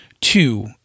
Two